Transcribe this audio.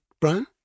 Brian